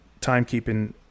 timekeeping